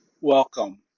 Welcome